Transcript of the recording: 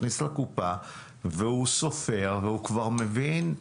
הוא מכניס לקופה והוא סופר והוא כבר מבין.